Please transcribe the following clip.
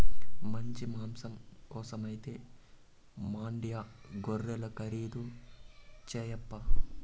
మంచి మాంసం కోసమైతే మాండ్యా గొర్రెలు ఖరీదు చేయప్పా